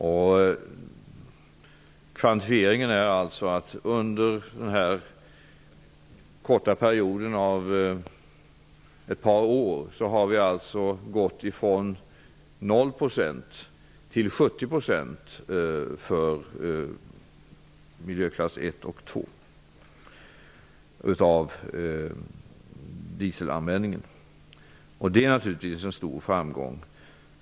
För att kvantifiera det hela kan jag alltså säga att under en så kort period som ett par år har användningen av dieselolja i miljöklass 1 och 2 ökat från 0 % till 70 % Det är naturligtvis en stor framgång.